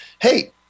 Hey